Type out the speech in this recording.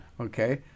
Okay